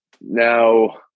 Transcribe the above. now